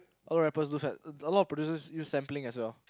all rappers use that a lot of producers use sampling as well